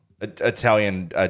Italian